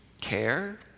care